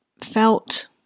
felt